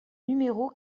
numéro